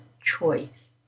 choice